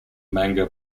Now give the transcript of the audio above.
manga